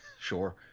Sure